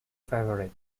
favourite